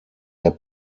der